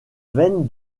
veine